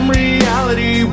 reality